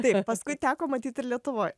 taip paskui teko matyt ir lietuvoj